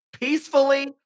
peacefully